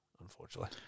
unfortunately